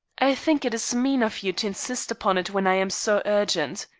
i think it is mean of you to insist upon it when i am so urgent.